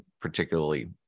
particularly